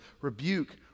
rebuke